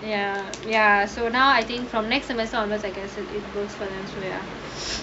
ya ya so now I think from next him as long as I guess and it goes finance here